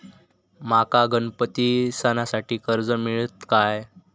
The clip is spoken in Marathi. माका गणपती सणासाठी कर्ज मिळत काय?